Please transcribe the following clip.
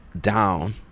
down